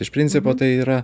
iš principo tai yra